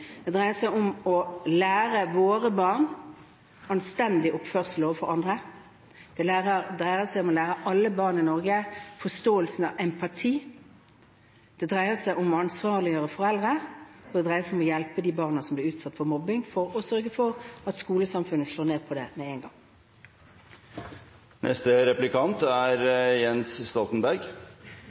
Det dreier seg om å lære våre barn anstendig oppførsel overfor andre. Det dreier seg om å lære alle barn i Norge forståelsen av empati. Det dreier seg om å ansvarliggjøre foreldre. Det dreier seg om å hjelpe de barna som blir utsatt for mobbing, og sørge for at skolesamfunnet slår ned på det med en gang. Neste replikant er representanten Jens Stoltenberg.